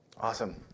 Awesome